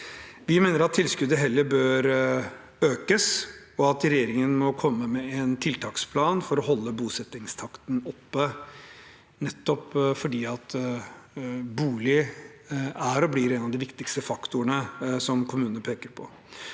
Vi mener at tilskuddet heller bør økes, og at regjeringen må komme med en tiltaksplan for å holde bosettingstakten oppe – nettopp fordi bolig er og blir en av de viktigste faktorene som kommunene peker på.